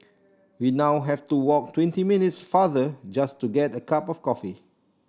we now have to walk twenty minutes farther just to get a cup of coffee